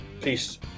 Peace